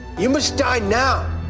you must die now.